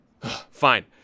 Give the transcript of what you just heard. Fine